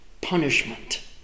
punishment